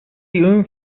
این